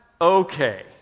okay